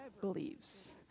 believes